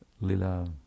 lila